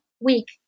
week